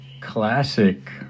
classic